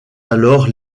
alors